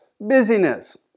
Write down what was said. Busyness